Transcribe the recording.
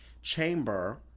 Chamber